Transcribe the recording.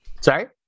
sorry